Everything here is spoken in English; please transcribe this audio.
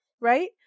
right